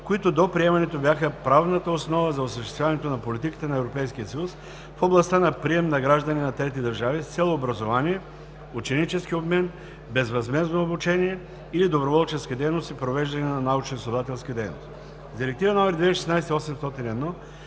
които до приемането й бяха правната основа за осъществяването на политиката на ЕС в областта на прием на граждани на трети държави с цел образование, ученически обмен, безвъзмездно обучение или доброволческа дейност и провеждане на научноизследователска дейност. С Директива № 2016/801